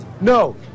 no